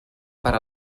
per